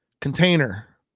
container